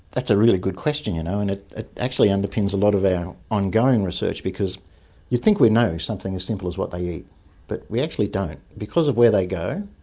that's a really good question you know and it ah actually underpins a lot of our ongoing research, because you'd think we'd know something as simple as what they but we actually don't. because of where they go,